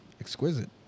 Exquisite